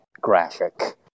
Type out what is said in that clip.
graphic